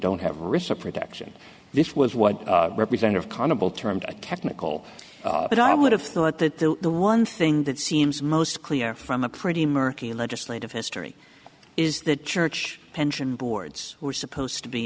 don't have reciprocal action this was what representative carnival termed a chemical but i would have thought that the one thing that seems most clear from a pretty murky legislative history is the church pension boards were supposed to be